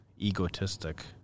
egotistic